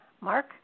Mark